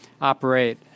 operate